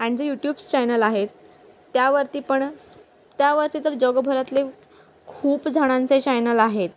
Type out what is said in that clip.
आण जे YouTubes channel आहेत त्यावरती पण त्यावरती तर जगभरातले खूप जणांचे चॅनल आहेत